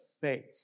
faith